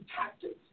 tactics